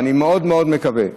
אני מאוד מאוד מקווה,